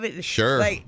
Sure